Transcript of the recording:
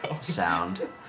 sound